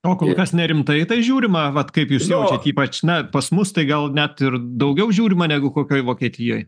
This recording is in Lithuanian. o kol kas nerimtai į tai žiūrima vat kaip jūs jaučiat ypač na pas mus tai gal net ir daugiau žiūrima negu kokioj vokietijoj